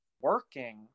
working